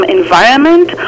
environment